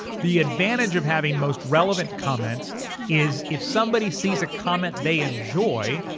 the advantage of having most relevant comments is if somebody sees a comment they enjoy,